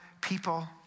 people